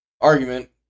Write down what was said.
argument